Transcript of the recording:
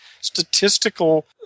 statistical